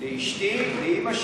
לאשתי, לאימא שלי,